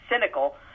cynical